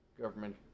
government